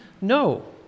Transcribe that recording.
no